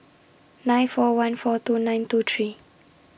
nine four one four two nine two three